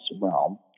realm